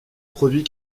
produit